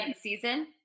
season